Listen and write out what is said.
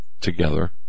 together